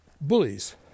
bullies